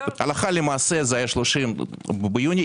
הלכה למעשה זה היה 30 ביוני,